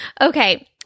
Okay